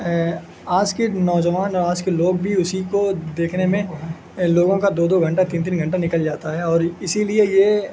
آج کے نوجوان اور آج کے لوگ بھی اسی کو دیکھنے میں لوگوں کا دو دو گھنٹہ تین تین گھنٹہ نکل جاتا ہے اور اسی لیے یہ